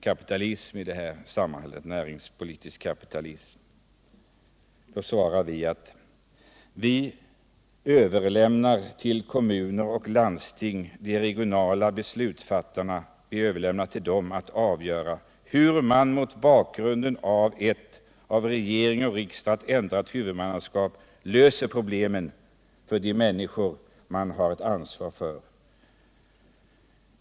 Han talar om politisk kapitalism. Då svarar vi att vi överlämnar till kommuner och landsting, till de regionala beslutsfattarna, att avgöra hur man mot bakgrunden av ett av regeringen och riksdagen ändrat huvudmannaskap löser problemen för de människor man har att ansvara för.